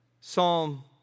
Psalm